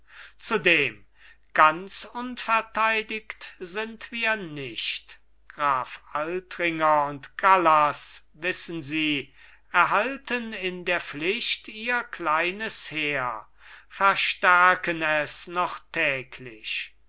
zudem ganz unverteidigt sind wir nicht graf altringer und gallas wissen sie erhalten in der pflicht ihr kleines heer verstärken es noch täglich